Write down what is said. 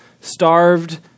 starved